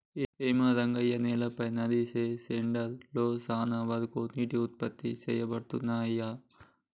ఏమో రంగయ్య నేలపై నదిసె స్పెండర్ లలో సాన వరకు నీటికి ఉత్పత్తి సేయబడతున్నయి